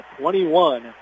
21